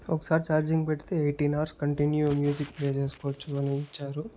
ఒకసారి ఛార్జింగ్ పెడితే eighteen hours continue music play చేసుకోవచ్చు అని ఇచ్చారు